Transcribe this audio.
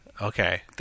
Okay